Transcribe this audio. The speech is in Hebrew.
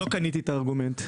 לא קניתי את הארגומנט,